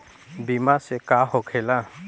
बीमा से का होखेला?